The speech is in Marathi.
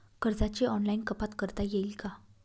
कर्जाची ऑनलाईन कपात करता येईल का?